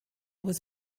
was